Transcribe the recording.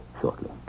shortly